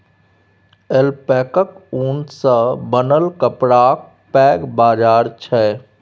ऐल्पैकाक ऊन सँ बनल कपड़ाक पैघ बाजार छै